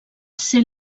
ser